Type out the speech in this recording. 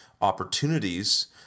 opportunities